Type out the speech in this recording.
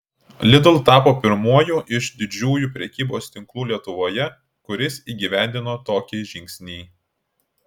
lidl tapo pirmuoju iš didžiųjų prekybos tinklų lietuvoje kuris įgyvendino tokį žingsnį